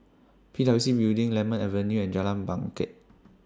P W C Building Lemon Avenue and Jalan Bangket